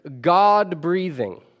God-breathing